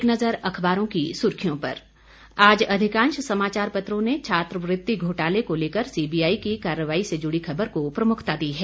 एक नजर अखबारों की सुर्खियों पर आज अधिकांश समाचार पत्रों ने छात्रवृति घोटाले को लेकर सीबीआई की कार्रवाई से जुड़ी खबर को प्रमुखता दी है